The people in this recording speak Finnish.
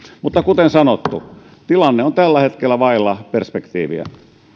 mutta kuten sanottu tilanne on tällä hetkellä vailla perspektiiviä